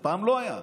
אף פעם לא היה,